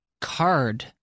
Card